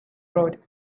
road